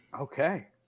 Okay